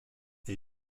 est